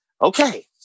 okay